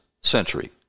century